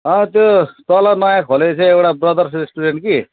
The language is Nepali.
अँ त्यो तल नयाँ खोलेको थियो एउटा ब्रदर्स रेस्टुरेन्ट कि